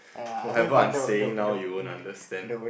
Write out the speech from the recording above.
whatever I'm saying now you won't understand